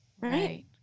Right